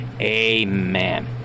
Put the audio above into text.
Amen